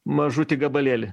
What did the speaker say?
mažutį gabalėlį